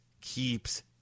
keeps